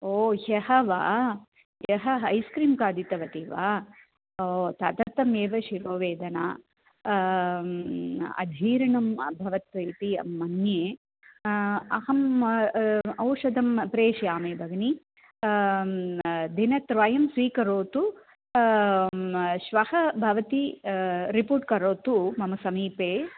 हो ह्यः वा ह्यः ऐस् क्रीम् खादितवती वा ओ तदर्थम् एव शिरोवेदना अजीर्णम् अभवत् इति अहं मन्ये अहम् औषधं प्रेषयामि भगिनि दिनद्वयं स्वीकरोतु श्वः भवती रिपोर्ट् करोतु मम समीपे